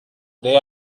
day